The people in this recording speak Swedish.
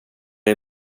det